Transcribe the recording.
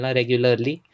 regularly